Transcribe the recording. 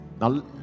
now